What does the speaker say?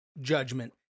judgment